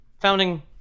founding